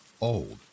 Old